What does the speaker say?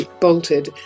bolted